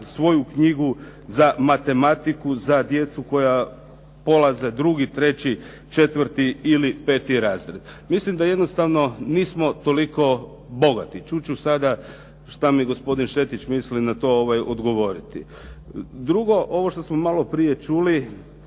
svoju knjigu za matematiku za djecu koja polaze drugi, treći, četvrti ili peti razred. Mislim da jednostavno nismo toliko bogati. Čut ću sada što mi gospodin Šetić misli na to odgovoriti. Drugo, ovo što smo maloprije čuli